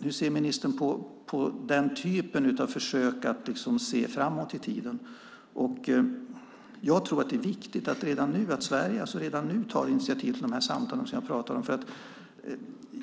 Hur ser ministern på den typen av försök att se framåt i tiden? Jag tror att det är viktigt att Sverige redan nu tar initiativ till de samtal som jag pratade om.